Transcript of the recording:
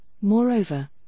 Moreover